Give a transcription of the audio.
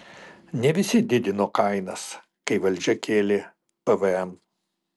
ne visi didino kainas kai valdžia kėlė pvm